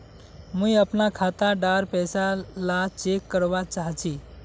मुई अपना खाता डार पैसा ला चेक करवा चाहची?